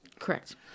Correct